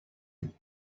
kids